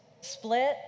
split